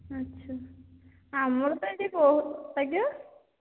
ଆଚ୍ଛା ଆମର ତ ଏଠି ବହୁତ ଆଜ୍ଞା